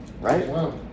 right